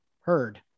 heard